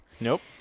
Nope